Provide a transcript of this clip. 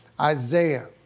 Isaiah